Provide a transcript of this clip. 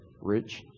rich